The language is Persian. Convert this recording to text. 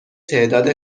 تعداد